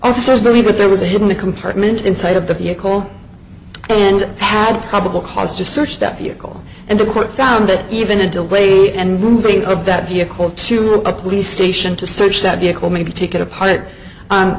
officers believe that there was a hidden compartment inside of the vehicle and had probable cause to search that vehicle and the court found that even a delay and moving of that vehicle to a police station to search that vehicle may be take it